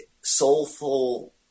soulful